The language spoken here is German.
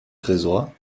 tresor